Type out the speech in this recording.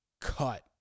cut